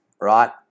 right